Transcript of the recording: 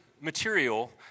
material